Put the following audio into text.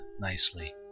nicely